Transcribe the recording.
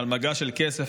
על מגש של כסף,